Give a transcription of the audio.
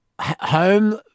home